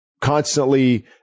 constantly